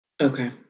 Okay